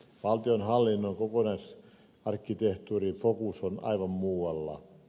valtionhallinnon kokonaisarkkitehtuurin fokus on aivan muualla